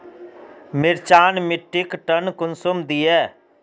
मिर्चान मिट्टीक टन कुंसम दिए?